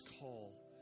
call